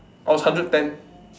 I was hundred ten